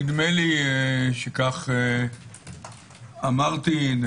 נדמה לי שכך אמרתי.